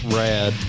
rad